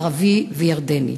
ערבי וירדני.